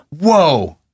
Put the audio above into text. Whoa